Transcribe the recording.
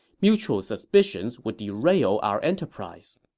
mutual suspicions would derail our enterprise.